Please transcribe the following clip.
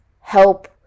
help